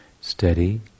steady